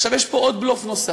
עכשיו, יש פה בלוף נוסף.